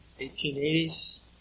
1880s